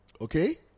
Okay